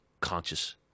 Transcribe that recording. conscious